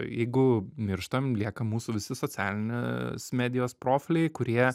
jeigu mirštam lieka mūsų visi socialinės medijos profiliai kurie